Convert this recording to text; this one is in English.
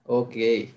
okay